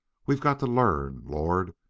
we've got to learn lord!